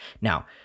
Now